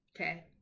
Okay